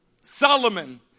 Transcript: Solomon